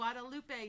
Guadalupe